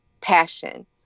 passion